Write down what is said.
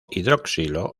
hidroxilo